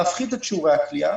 להפחית את שיעורי הכליאה,